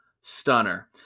stunner